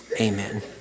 amen